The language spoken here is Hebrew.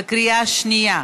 בקריאה שנייה.